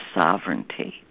sovereignty